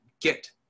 get